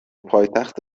پایتخت